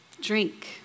drink